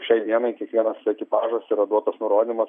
šiai dienai kiekvienas ekipažas yra duotas nurodymas